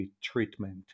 treatment